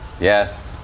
Yes